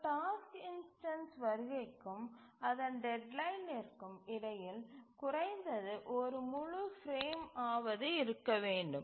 ஒரு டாஸ்க்கு இன்ஸ்டன்ஸ் வருகைக்கும் அதன் டெட்லைன்னிற்கும் இடையில் குறைந்தது ஒரு முழு பிரேம் ஆவது இருக்க வேண்டும்